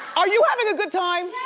are you having a good time?